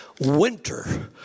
winter